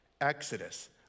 Exodus